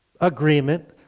agreement